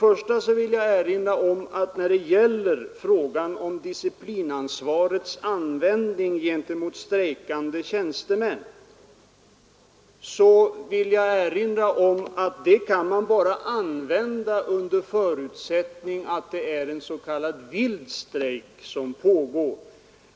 Jag vill erinra om att disciplinansvar kan tillgripas mot strejkande tjänstemän endast under förutsättning att det är en s.k. vild strejk som pågår.